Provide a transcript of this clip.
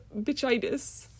bitchitis